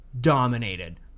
dominated